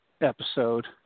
episode